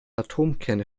atomkerne